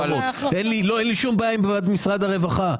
אין לי שום בעיה עם משרד הרווחה,